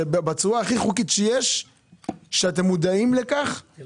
זה נעשה בצורה הכי חוקית שיש ואתם מודעים לכך אבל